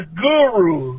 guru